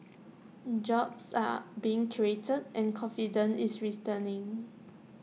jobs are being created and confidence is race turning